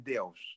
Deus